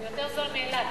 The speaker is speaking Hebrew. יותר זול מאילת.